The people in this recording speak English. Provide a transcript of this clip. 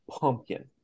pumpkin